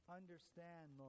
understand